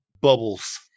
bubbles